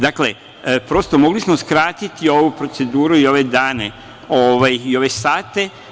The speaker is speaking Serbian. Dakle, prosto mogli smo skratiti ovu proceduru i ove dane i ove sate.